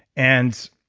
and